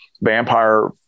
vampire